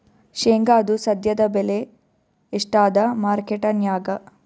ಶೇಂಗಾದು ಸದ್ಯದಬೆಲೆ ಎಷ್ಟಾದಾ ಮಾರಕೆಟನ್ಯಾಗ?